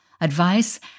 advice